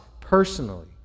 personally